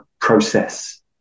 process